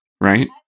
right